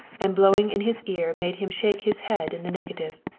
and blowing in his ear made him shake his head in the negative.